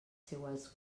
seues